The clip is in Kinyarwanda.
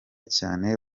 cyane